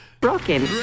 Broken